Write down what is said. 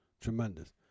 tremendous